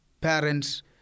parents